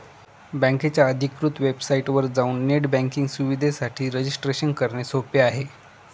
बकेच्या अधिकृत वेबसाइटवर जाऊन नेट बँकिंग सुविधेसाठी रजिस्ट्रेशन करणे सोपे आहे